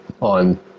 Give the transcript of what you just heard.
on